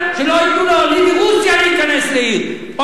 שלא ייתנו לעולים מרוסיה להיכנס לעיר.